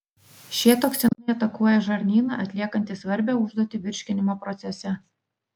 šie toksinai atakuoja žarnyną atliekantį svarbią užduotį virškinimo procese